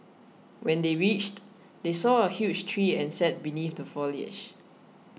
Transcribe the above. when they reached they saw a huge tree and sat beneath the foliage